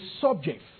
subject